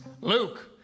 Luke